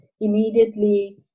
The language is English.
immediately